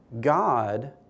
God